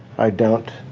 i don't.